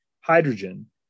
hydrogen